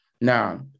now